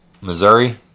Missouri